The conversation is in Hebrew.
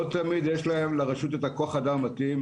לא תמיד יש לרשות את כוח האדם המתאים.